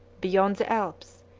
beyond the alps,